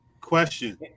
Question